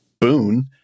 boon